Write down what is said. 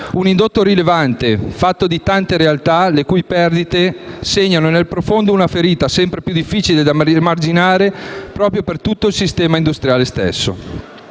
che è rilevante e fatto di tante realtà, le cui perdite segnano nel profondo una ferita sempre più difficile da rimarginare proprio per tutto il sistema industriale.